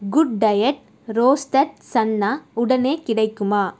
good diet roasted chana உடனே கிடைக்குமா